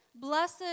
Blessed